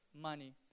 money